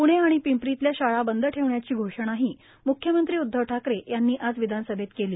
पृणे आणि पिंपरीतल्या शाळा बंद ठेवण्याची घोषणाही म्ख्यमंत्री उद्धव ठाकरे यांनी आज विधानसभेत केली